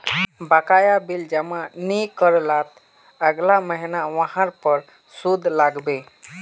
बकाया बिल जमा नइ कर लात अगला महिना वहार पर सूद लाग बे